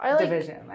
division